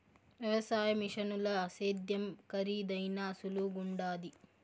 వ్యవసాయ మిషనుల సేద్యం కరీదైనా సులువుగుండాది